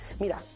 Mira